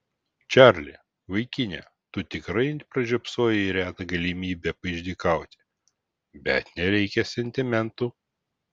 čarli vaikine tu tikrai pražiopsojai retą galimybę paišdykauti bet nereikia sentimentų